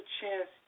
chance